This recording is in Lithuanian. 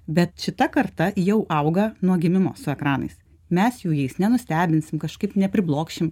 bet šita karta jau auga nuo gimimo su ekranais mes jų jais nenustebinsim kažkaip nepriblokšim